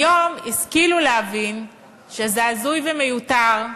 היום השכילו להבין שזה הזוי ומיותר,